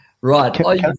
Right